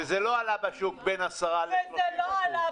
וזה לא עלה בשוק בין 10% 30%. בדיוק.